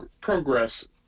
progress